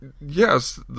yes